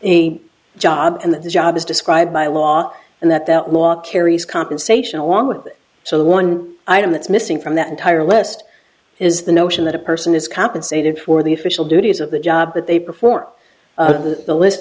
the job and the job is described by law and that that law carries compensation along with that so one item that's missing from that entire list is the notion that a person is compensated for the official duties of the job that they perform the the list